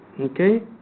Okay